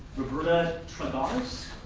roberta tragarce?